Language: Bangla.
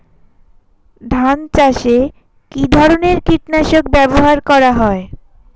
ধান চাষে কী ধরনের কীট নাশক ব্যাবহার করা হয়?